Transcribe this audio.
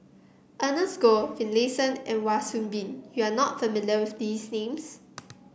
Ernest Goh Finlayson and Wan Soon Bee you are not familiar with these names